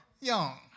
Young